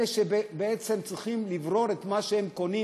אלה שבעצם צריכים לברור את מה שהם קונים